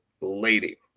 lady